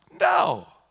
No